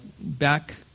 back